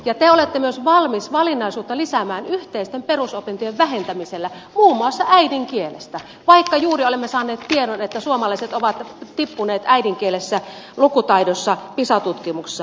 te olette myös valmis valinnaisuutta lisäämään yhteisten perusopintojen vähentämisellä muun muassa äidinkielestä vaikka juuri olemme saaneet tiedon että suomalaiset ovat tippuneet äidinkielessä lukutaidossa pisa tutkimuksessa